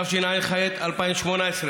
הינני מתכבד להביא בפני הכנסת לקריאה שנייה